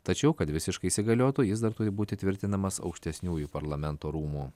tačiau kad visiškai įsigaliotų jis dar turi būti tvirtinamas aukštesniųjų parlamento rūmų